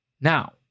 Now